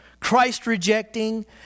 Christ-rejecting